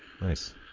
Nice